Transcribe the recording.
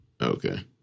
Okay